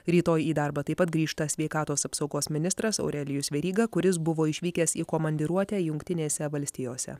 rytoj į darbą taip pat grįžta sveikatos apsaugos ministras aurelijus veryga kuris buvo išvykęs į komandiruotę jungtinėse valstijose